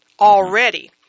already